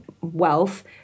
wealth